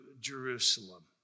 Jerusalem